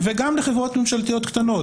וגם לחברות ממשלתיות קטנות,